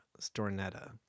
Stornetta